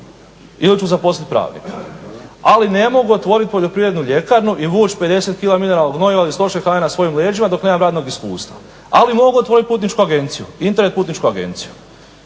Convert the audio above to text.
Ili ću zaposlit pravnika. Ali ne mogu otvorit Poljoprivrednu ljekarnu i vući 50 kg mineralnog gnojiva ili stočne hrane na svojim leđima dok nemam radnog iskustva. Ali mogu otvorit putničku agenciju, internet putničku agenciju.